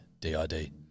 D-I-D